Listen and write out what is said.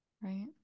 Right